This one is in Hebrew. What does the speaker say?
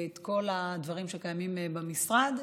כל הדברים שקיימים במשרד.